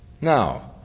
Now